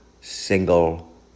single